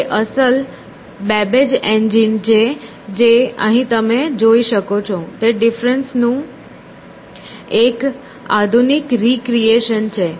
તે અસલ Babbage engine છે અહીં તમે જોઈ શકો છો તે ડિફરન્સ નું એક આધુનિક રી ક્રિએશન છે